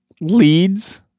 leads